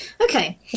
Okay